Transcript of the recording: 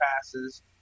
passes